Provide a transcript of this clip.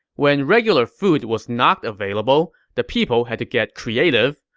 when regular food was not available, the people had to get creative.